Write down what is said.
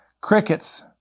crickets